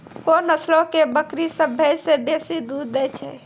कोन नस्लो के बकरी सभ्भे से बेसी दूध दै छै?